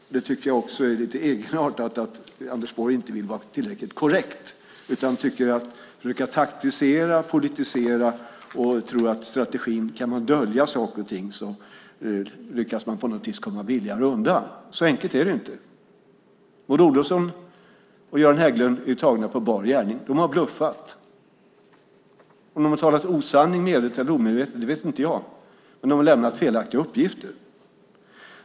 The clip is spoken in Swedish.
Jag tycker också att det är lite egenartat att Anders Borg inte vill vara tillräckligt korrekt utan tycker att man ska taktisera, politisera och tro att man med strategin att dölja saker och ting på något vis lyckas komma billigare undan. Så enkelt är det inte. Maud Olofsson och Göran Hägglund är tagna på bar gärning. De har bluffat. Om de har talat osanning medvetet eller omedvetet vet inte jag, men de har lämnat felaktiga uppgifter.